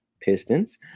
Pistons